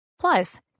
Plus